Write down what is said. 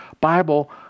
Bible